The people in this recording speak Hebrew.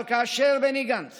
אבל כאשר בני גנץ